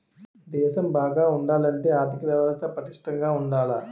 దేశం బాగా ఉండాలంటే ఆర్దిక వ్యవస్థ పటిష్టంగా ఉండాల